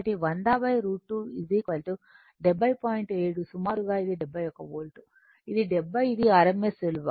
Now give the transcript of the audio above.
7 సుమారుగా ఇది 71 వోల్ట్ ఇది 70 ఇది rms విలువ